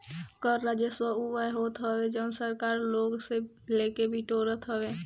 कर राजस्व उ आय होत हवे जवन सरकार लोग से लेके बिटोरत हवे